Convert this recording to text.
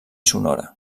sonora